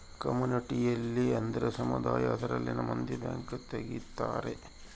community ಅಂದ್ರ ಸಮುದಾಯ ಅದರಲ್ಲಿನ ಮಂದಿ ಬ್ಯಾಂಕ್ ತಗಿತಾರೆ